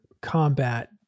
combat